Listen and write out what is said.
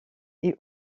est